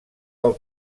del